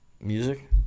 music